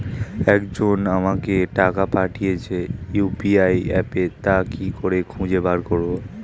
একজন আমাকে টাকা পাঠিয়েছে ইউ.পি.আই অ্যাপে তা কি করে খুঁজে বার করব?